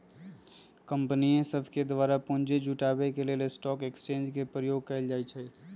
कंपनीय सभके द्वारा पूंजी जुटाबे के लेल स्टॉक एक्सचेंज के प्रयोग कएल जाइ छइ